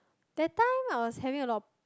that time I was having a lot of